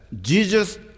Jesus